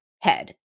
head